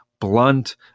blunt